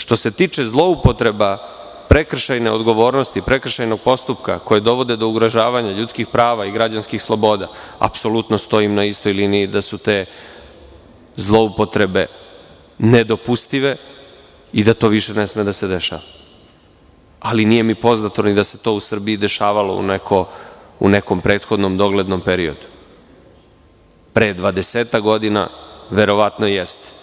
Što se tiče zloupotreba prekršajne odgovornosti, prekršajnog postupka, koji dovode do ugrožavanja ljudskih prava i građanskih sloboda, apsolutno stoji na istoj liniji da su te zloupotrebe nedopustive i da to više ne sme da se dešava, ali mi nije poznato da se to u Srbiji dešavalo u nekom prethodnom doglednom periodu, pre dvadesetak godina verovatno jeste,